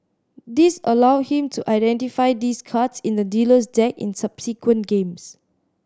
this allowed him to identify these cards in the dealer's deck in subsequent games